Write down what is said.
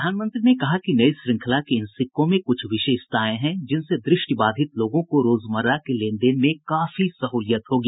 प्रधानमंत्री ने कहा कि नई श्रृंखला के इन सिक्कों में कुछ विशेषताएं हैं जिनसे द्रष्टिबाधित लोगों को रोजमर्रा के लेनदेन में काफी सहूलियत होगी